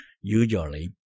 Usually